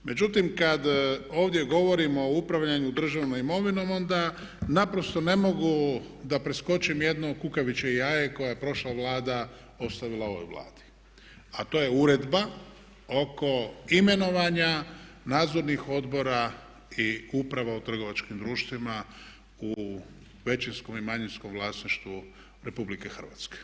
Međutim, kad ovdje govorimo o upravljanju državnom imovinom, onda naprosto ne mogu da preskočim jedno kukavičje jaje koje je prošla Vlada ostavila ovoj Vladi, a to je uredba oko imenovanja nadzornih odbora i uprava o trgovačkim društvima u većinskom i manjinskom vlasništvu Republike Hrvatske.